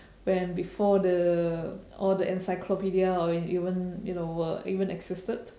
when before the all the encyclopedia or when even you know were even existed